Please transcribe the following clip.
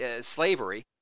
slavery